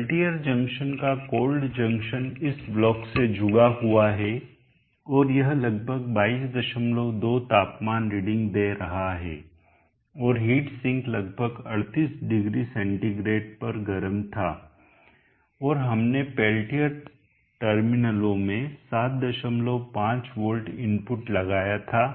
Peltier junction का cold junction इस block से जुड़ा हुआ है और यह लगभग 222 तापमान रीडिंग दे रहा है और हीट सिंक लगभग 380 C पर गर्म था और हमने पेल्टियर टर्मिनलों में 75 वोल्ट इनपुट लगाया था